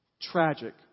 Tragic